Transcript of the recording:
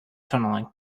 tunneling